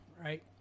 right